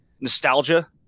nostalgia